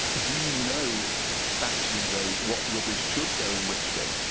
do you know actually though what rubbish should go in which bin?